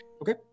Okay